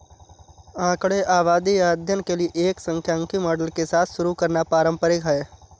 आंकड़े आबादी या अध्ययन के लिए एक सांख्यिकी मॉडल के साथ शुरू करना पारंपरिक है